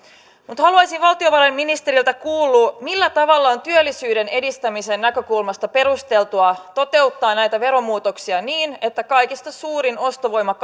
mutta haluaisin valtiovarainministeriltä kuulla millä tavalla on työllisyyden edistämisen näkökulmasta perusteltua toteuttaa näitä veromuutoksia niin että kaikista suurin ostovoiman